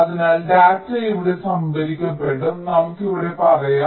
അതിനാൽ ഡാറ്റ ഇവിടെ സംഭരിക്കപ്പെടും നമുക്ക് ഇവിടെ പറയാം